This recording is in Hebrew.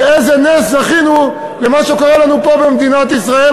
ולאיזה נס זכינו במה שקורה לנו פה במדינת ישראל,